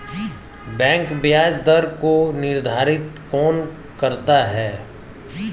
Bank ब्याज दर को निर्धारित कौन करता है?